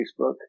Facebook